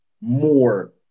more